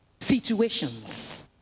Situations